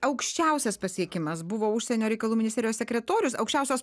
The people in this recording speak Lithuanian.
aukščiausias pasiekimas buvo užsienio reikalų ministerijos sekretorius aukščiausios